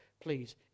please